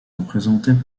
représentées